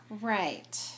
Right